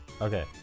Okay